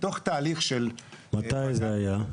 מתי זה היה?